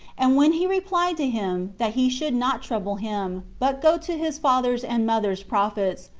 and when he replied to him, that he should not trouble him, but go to his father's and mother's prophets,